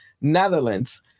Netherlands